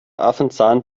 affenzahn